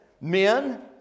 men